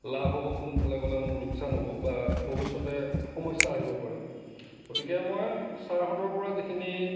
লাভ হ'ব কোন ফালে গ'লে মোৰ লোকচান হ'ব বা ভৱিষ্যতে সমস্যা আহিব পাৰে গতিকে মই ছাৰহঁতৰ পৰা যিখিনি